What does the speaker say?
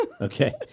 Okay